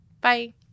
Bye